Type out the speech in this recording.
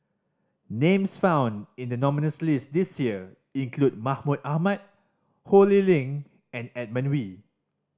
names found in the nominees' list this year include Mahmud Ahmad Ho Lee Ling and Edmund Wee